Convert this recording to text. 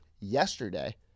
yesterday